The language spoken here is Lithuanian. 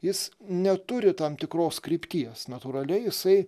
jis neturi tam tikros krypties natūraliai jisai